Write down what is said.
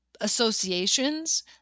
associations